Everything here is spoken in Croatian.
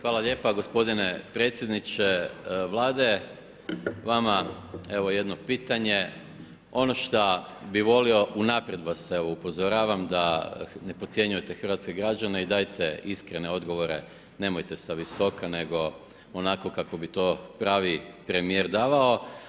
Hvala lijepo g. predsjedniče Vlade, vama evo jedno pitanje, ono što bi volio unaprijed vas evo upozoravam da ne podcjenjujete hrvatske građane i dajte iskrene odgovore, nemojte sa visoka, nego onako kako bi to pravi premjer davao.